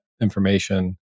information